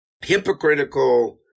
hypocritical